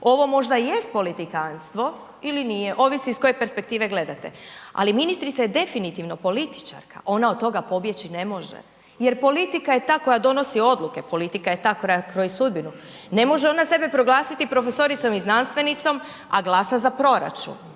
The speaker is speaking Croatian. Ovo možda jest politikanstvo ili nije ovisi iz koje perspektive gledate, ali ministrica je definitivno političarka, ona od toga pobjeći ne može jer politika je ta koja donosi odluke, politika je ta koja kroji sudbinu. Ne može ona sebe proglasiti profesoricom i znanstvenicom, a glasa za proračun,